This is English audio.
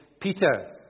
Peter